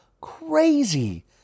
crazy